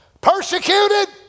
Persecuted